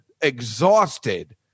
exhausted